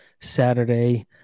Saturday